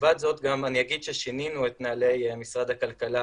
מלבד זאת אני אגיד ששינינו את נוהלי משרד הכלכלה,